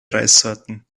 reissorten